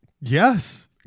Yes